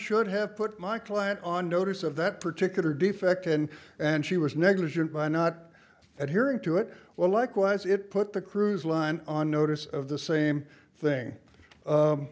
should have put my client on notice of that particular defect and and she was negligent by not adhering to it well likewise it put the cruise line on notice of the same thing